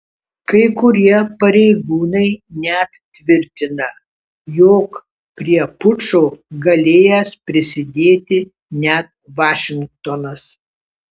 kai kurie pareigūnai net tvirtina jog prie pučo galėjęs prisidėti net vašingtonas